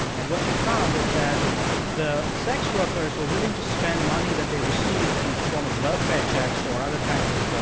and what she found is that the sex workers were willing to spend money that they received in and the form of welfare checks or other kinds of,